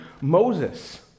Moses